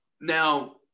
now